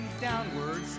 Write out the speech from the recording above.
downwards